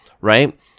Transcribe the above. right